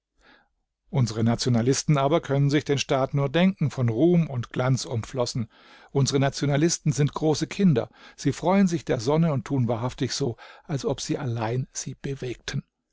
unsere nationalisten aber können sich den staat nur denken von ruhm und glanz umflossen unsere nationalisten sind große kinder sie freuen sich der sonne und tun wahrhaftig so als ob sie allein sie bewegten